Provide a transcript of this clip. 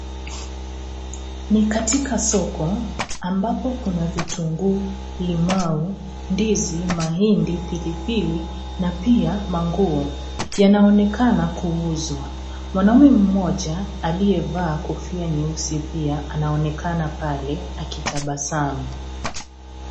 Ni katika soko ambapo kuna vitunguu limau ndizi mahindi pilipili na pia manguo yanonekana kuuzwa mwanaume mmoja aliyevaa kofia nyeusi pia anaonekana pale akitabasamu.